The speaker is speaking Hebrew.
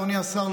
אדוני השר,